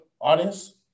audience